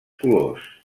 colors